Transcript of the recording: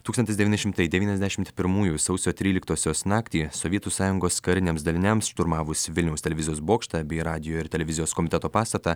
tūkstantis devyni šimtai devyniasdešimt pirmųjų sausio tryliktosios naktį sovietų sąjungos kariniams daliniams šturmavus vilniaus televizijos bokštą bei radijo ir televizijos komiteto pastatą